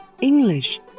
English